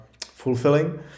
fulfilling